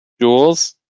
Jules